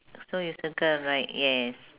so you circle right yes